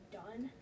done